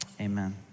amen